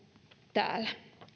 täällä